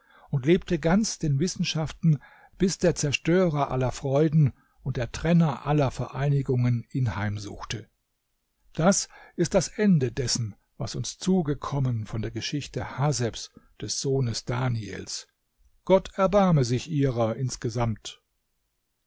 und lebte ganz den wissenschaften bis der zerstörer aller freuden und der trenner aller vereinigungen ihn heimsuchte das ist das ende dessen was uns zugekommen von der geschichte hasebs des sohnes daniels gott erbarme sich ihrer insgesamt